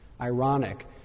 ironic